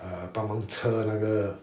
ah 帮忙车那个